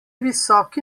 visoki